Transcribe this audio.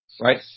right